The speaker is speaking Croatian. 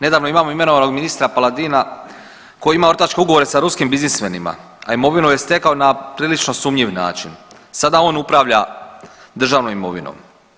Nedavno imamo imenovanog ministra Paladina koji ima ortačke ugovore sa ruskim biznismenima, a imovinu je stekao na prilično sumnjiv način, sada on upravlja državnom imovinom.